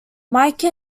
mike